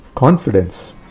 Confidence